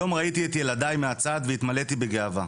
היום ראיתי את ילדיי מהצד, והתמלאתי בגאווה.